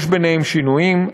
יש ביניהם שינויים.